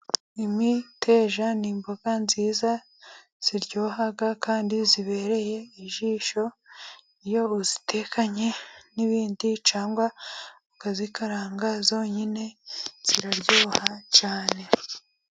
Imiteja ni imboga nziza ziryoha kandi zibereye ijisho, iyo uzitekanye n'ibindi cyangwa ukazikaranga zonyine ziraryoha cyane.